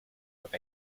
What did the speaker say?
with